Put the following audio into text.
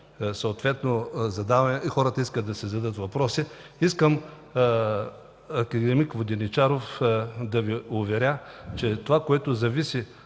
съответно хората искам да си зададат въпросите, искам, акад. Воденичаров, да Ви уверя, че това, което зависи